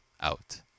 out